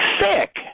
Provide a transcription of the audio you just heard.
Sick